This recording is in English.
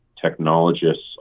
technologists